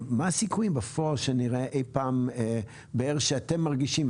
מה הסיכויים בפועל שנראה אי פעם באר שאתם מרגישים,